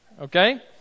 okay